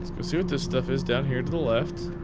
let's go see what this stuff is down here to the left.